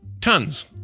Tons